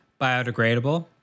biodegradable